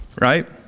right